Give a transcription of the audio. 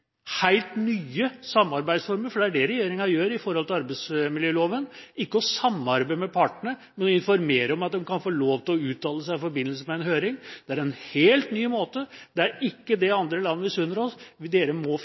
gjør i forhold til arbeidsmiljøloven: ikke å samarbeide med partene, men å informere om at de kan få lov å uttale seg i forbindelse med en høring. Det er en helt ny måte. Det er ikke det andre land misunner oss. Regjeringa må